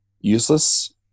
useless